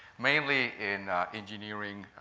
mainly in engineering,